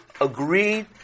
agreed